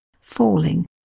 falling